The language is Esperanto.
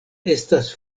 estas